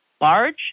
large